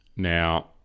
now